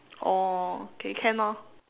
oh okay can orh